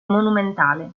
monumentale